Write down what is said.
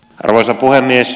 arvoisa puhemies